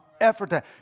effort